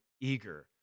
eager